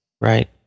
Right